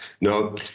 No